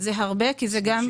27 שקלים.